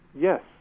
Yes